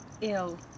ill